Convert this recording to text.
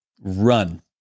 run